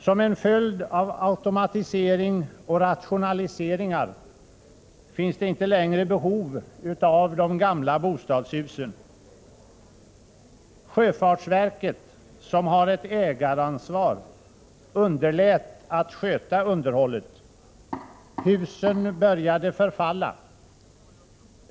Som en följd av automatisering och rationaliseringar finns inte längre behov av de gamla bostadshusen. Sjöfartsverket, som har ett ägaransvar, har underlåtit att sköta underhållet. Husen började därför förfalla.